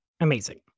Amazing